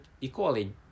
equally